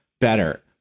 better